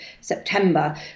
September